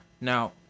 Now